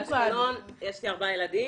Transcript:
יש לי ארבעה ילדים.